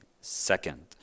second